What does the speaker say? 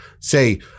say